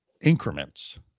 increments